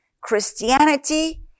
Christianity